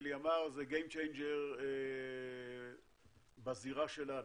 הוא אמר שזה game changer בזירה שלנו.